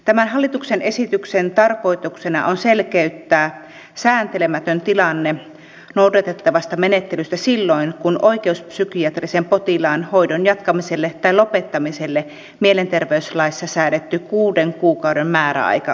tämän hallituksen esityksen tarkoituksena on selkeyttää sääntelemätön tilanne noudatettavasta menettelystä silloin kun oikeuspsykiatrisen potilaan hoidon jatkamiselle tai lopettamiselle mielenterveyslaissa säädetty kuuden kuukauden määräaika on ylittynyt